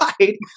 right